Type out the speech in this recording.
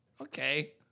okay